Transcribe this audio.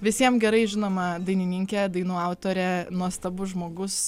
visiem gerai žinoma dainininkė dainų autorė nuostabus žmogus